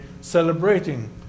celebrating